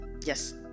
Yes